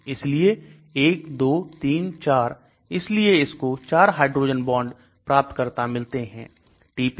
इसलिए 1234 इसलिए इसको 4 हाइड्रोजन बॉन्ड प्राप्तकर्ता मिलते हैं